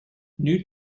new